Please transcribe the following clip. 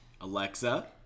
Alexa